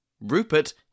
Rupert